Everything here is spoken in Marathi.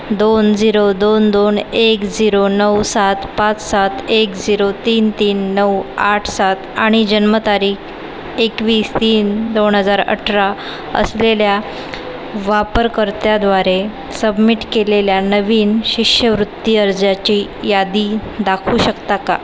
दोन झिरो दोन दोन एक झिरो नऊ सात पाच सात एक झिरो तीन तीन नऊ आठ सात आणि जन्मतारीख एकवीस तीन दोन हजार अठरा असलेल्या वापरकर्त्याद्वारे सबमिट केलेल्या नवीन शिष्यवृत्ती अर्जाची यादी दाखवू शकता का